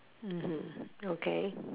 mmhmm okay